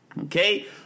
Okay